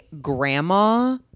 grandma